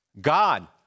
God